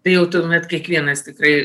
tai jau tuomet kiekvienas tikrai